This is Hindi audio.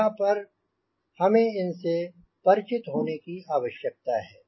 यहांँ पर हमें इनसे परिचित होने की आवश्यकता है